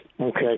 Okay